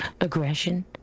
aggression